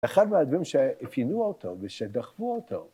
אחד מהעדווים שהפינו אותו ושדחפו אותו.